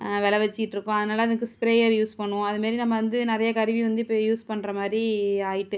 வில வெச்சிட்ருக்கோம் அதனால அதுக்கு ஸ்ப்ரேயர் யூஸ் பண்ணுவோம் அது மாதிரி நம்ம வந்து நிறையா கருவி வந்து இப்ப யூஸ் பண்ணுற மாதிரி ஆயிட்டுது